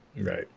Right